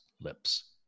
lips